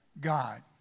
God